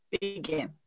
Begin